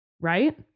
right